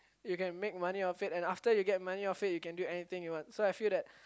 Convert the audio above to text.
you can make money off it and after you get off it you can do anything you want so I feel like